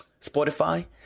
Spotify